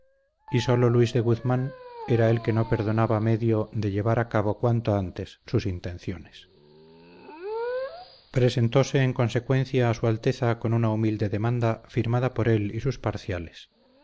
y sólo luis de guzmán era el que no perdonaba medio de llevar a cabo cuanto antes sus intenciones presentóse en consecuencia a su alteza con una humilde demanda firmada por él y sus parciales